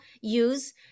use